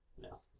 No